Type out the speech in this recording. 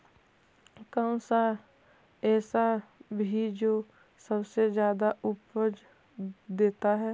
कौन सा ऐसा भी जो सबसे ज्यादा उपज देता है?